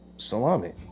Salami